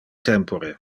tempore